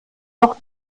noch